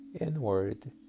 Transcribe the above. inward